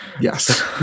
Yes